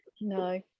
no